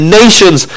nations